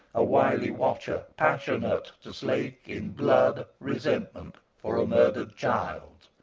a wily watcher, passionate to slake, in blood, resentment for a murdered child.